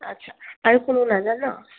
আচ্ছা আৰু কোনো নাযায় নহ্